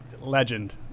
legend